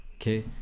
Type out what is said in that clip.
okay